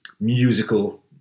musical